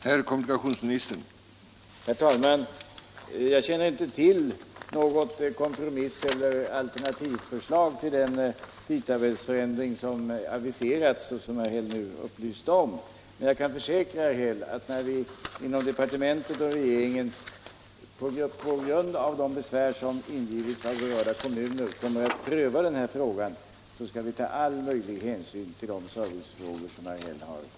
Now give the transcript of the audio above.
Herr talman! Jag känner inte till något sådant kompromisseller alternativförslag till denna tidtabellsförändring som herr Häll nu upplyste om, men jag kan försäkra herr Häll att när vi inom departementet och regeringen på grund av de besvär som ingivits av berörda kommuner kommer att pröva den här frågan skall vi ta all möjlig hänsyn till de servicefrågor som herr Häll berört.